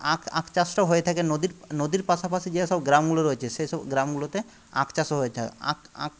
আখ আখ চাষটাও হয়ে থাকে নদীর নদীর পাশাপাশি যেসব গ্রামগুলো রয়েছে সেসব গ্রামগুলোতে আখ চাষও হয়ে থাকে আখ আখ